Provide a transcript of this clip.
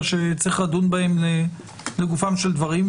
בעיניי שצריך לדון בהם לגופם של דברים.